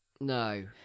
No